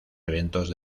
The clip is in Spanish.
eventos